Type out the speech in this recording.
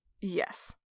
yes